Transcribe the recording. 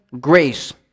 grace